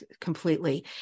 completely